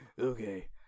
Okay